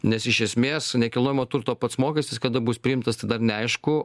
nes iš esmės nekilnojamo turto pats mokestis kada bus priimtas tai dar neaišku